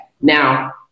Now